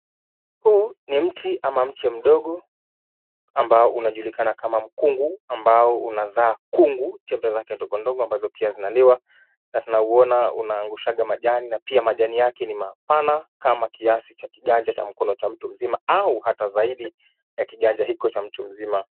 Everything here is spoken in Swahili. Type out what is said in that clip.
Huu ni mti ama mche mdogo ambao unajulikana kama mkungu ambao unazaa kungu chembe zake ndogondogo ambazo pia zinaliwa na tunauona unaangushanga majani na pia majani yake ni mapana kama kiasi cha kiganja cha mkono cha mtu mzima au ℎ𝑎𝑡𝑎 zaidi ya kiganja hiko cha mtu mzima.